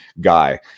guy